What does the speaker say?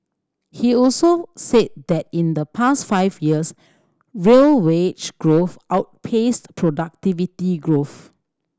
he also said that in the past five years real wage growth outpaced productivity growth